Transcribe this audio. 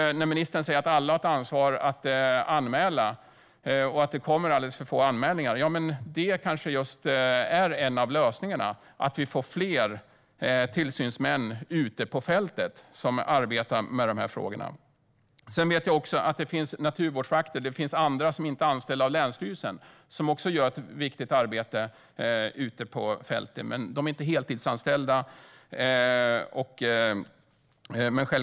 Ministern säger att alla har ett ansvar att anmäla, men att det kommer in alldeles för få anmälningar. Det kanske är en av lösningarna, att det blir fler tillsynsmän ute på fältet som arbetar med dessa frågor. Sedan vet jag också att det finns naturvårdsvakter och andra som inte är anställda av länsstyrelsen. De gör också ett viktigt arbete, men de är inte heltidsanställda.